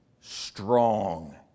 strong